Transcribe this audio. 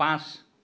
পাঁচ